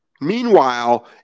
Meanwhile